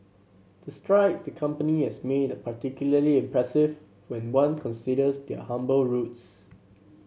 the strides the company has made are particularly impressive when one considers their humble roots